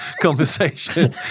conversation